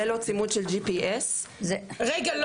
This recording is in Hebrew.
זה לא צימוד של JPS זה רגע,